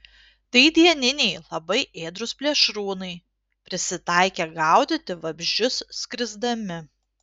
tai dieniniai labai ėdrūs plėšrūnai prisitaikę gaudyti vabzdžius skrisdami